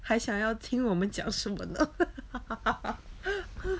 还想要听我们讲什么呢